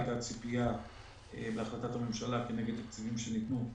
היתה ציפייה בהחלטת הממשלה כנגד תקציבים שניתנו,